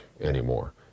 anymore